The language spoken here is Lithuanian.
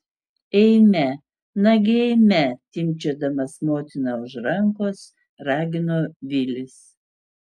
eime nagi eime timpčiodamas motiną už rankos ragino vilis